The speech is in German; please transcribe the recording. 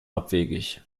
abwegig